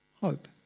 hope